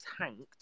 tanked